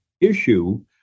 issue